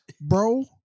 Bro